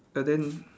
but then